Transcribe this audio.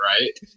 Right